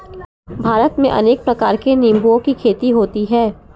भारत में अनेक प्रकार के निंबुओं की खेती होती है